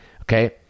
Okay